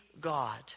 God